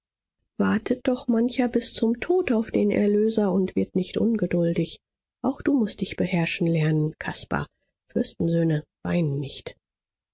wartet doch mancher bis zum tod auf den erlöser und wird nicht ungeduldig auch mußt du dich beherrschen lernen caspar fürstensöhne weinen nicht